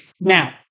Now